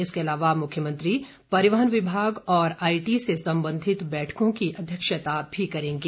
इसके अलावा मुख्यमंत्री परिवहन विभाग और आई टी से संबंधित बैठकों की अध्यक्षता भी करेंगे